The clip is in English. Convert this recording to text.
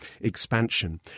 expansion